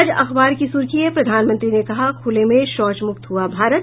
आज अखबार की सुर्खी है प्रधानमंत्री ने कहा खूले में शौचमुक्त हुआ भारत